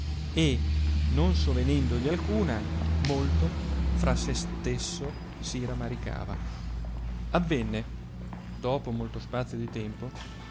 e non sovenendogli alcuna molto fra se stesso si ramaricava avenne dopo molto spazio di tempo